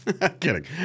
Kidding